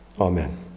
Amen